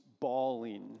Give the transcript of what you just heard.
bawling